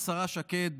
השרה שקד,